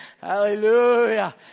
Hallelujah